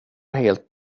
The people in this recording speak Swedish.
helt